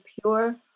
pure